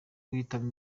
guhitamo